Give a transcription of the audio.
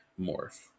morph